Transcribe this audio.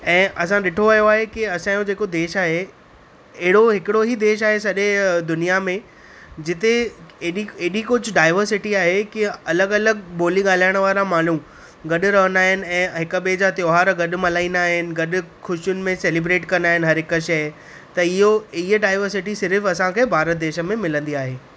ऐं असां ॾिठो वियो आहे की असां जो जेको देश आहे अहिड़ो हिकिड़ो ई देश आहे सॼे दुनिया में जिते ऐॾी कुझु डाइवर्सिटी आहे की अलॻि अलॻि ॿोली ॻाल्हाइण वारा माण्हू गॾु रहंदा आहिनि ऐं हिकु ॿिए जा त्योहार गॾु मल्हाईंदा आहिनि गॾु ख़ुशियुनि में सेलिब्रेट कंदा आहिनि हर हिकु शइ त इहो हीअ डाइवर्सिटी सिर्फ़ु असांखे भारत देश में मिलंदी आहे